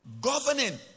governing